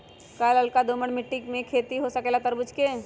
का लालका दोमर मिट्टी में खेती हो सकेला तरबूज के?